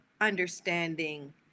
understanding